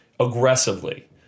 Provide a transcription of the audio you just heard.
aggressively